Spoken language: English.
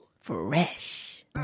Fresh